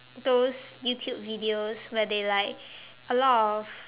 those YouTube videos where they like a lot of